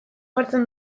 hartzen